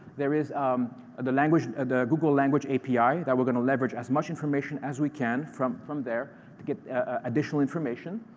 there is um the and google language api that we're going to leverage as much information as we can from from there to get additional information.